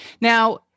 now